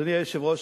אדוני היושב-ראש,